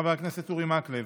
חבר הכנסת אורי מקלב.